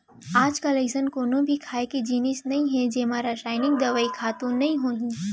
आजकाल अइसन कोनो भी खाए के जिनिस नइ हे जेमा रसइनिक दवई, खातू नइ होही